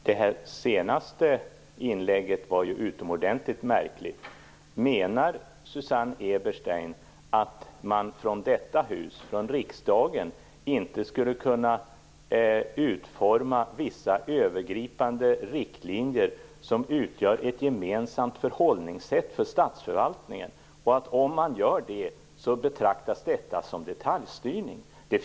Herr talman! Det senaste inlägget var utomordentligt märkligt. Menar Susanne Eberstein att man från detta hus, från riksdagen, inte skulle kunna utforma vissa övergripande riktlinjer som utgör ett gemensamt förhållningssätt för statsförvaltningen, och att om man gör det betraktas det som detaljstyrning?